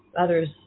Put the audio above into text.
others